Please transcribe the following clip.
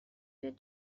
بیاد